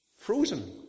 Frozen